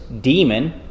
demon